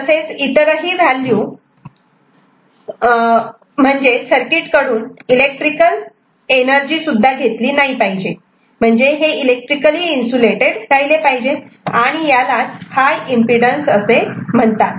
तसेच इतरही व्हॅल्यू म्हणजे सर्किट कडून इलेक्ट्रिकल एनर्जी सुद्धा घेतली नाही पाहिजे म्हणजेच हे इलेक्ट्रिकली इन्सुलेटेड राहिले पाहिजे आणि यालाच हाय एम्पिडन्स असे म्हणतात